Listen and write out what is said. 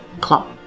clock